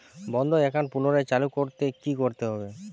বন্ধ একাউন্ট পুনরায় চালু করতে কি করতে হবে?